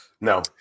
No